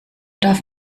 darf